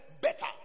better